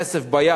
כסף ביד.